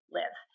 live